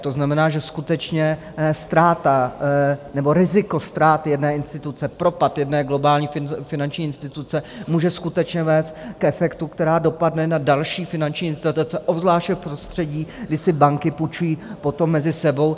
To znamená, že skutečně ztráta nebo riziko ztráty jedné instituce, propad jedné globální finanční instituce, může skutečně vést k efektu, který dopadne na další finanční instituce, obzvláště v prostředí, kdy si banky půjčují potom mezi sebou.